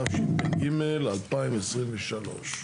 התשפ"ג-2023.